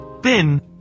bin